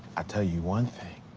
ah tell you one thing,